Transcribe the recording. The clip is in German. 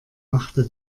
machte